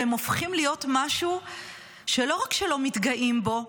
והם הופכים להיות משהו שלא רק שלא מתגאים בו,